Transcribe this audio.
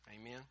Amen